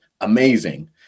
amazing